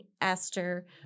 Esther